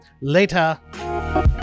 Later